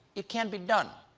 it can be done.